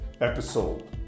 episode